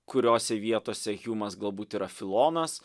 kuriose vietose hjumas galbūt yra filonas